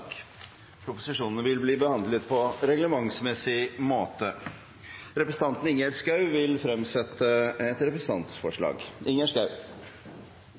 Forslaget vil bli behandlet på reglementsmessig måte.